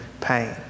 pain